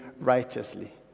righteously